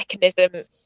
mechanism